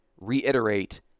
reiterate